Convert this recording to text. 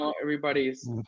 everybody's